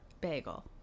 Bagel